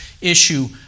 issue